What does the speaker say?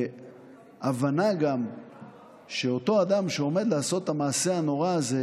וגם הבנה שאותו אדם שעומד לעשות את המעשה הנורא הזה,